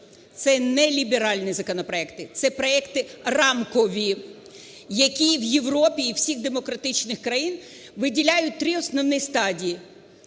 це не ліберальні законопроекти, це проекти рамкові, які в Європі і у всіх демократичних країнах виділяють три основні стадії: